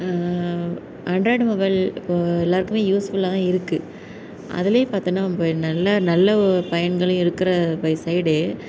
Android mobile இப்போது எல்லோருக்குமே use ஃபுல்லாக தான் இருக்குது அதிலையே பார்த்தோன்னா இப்போ நல்ல நல்ல பயன்களும் இருக்கிற சைடு